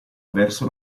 verso